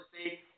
State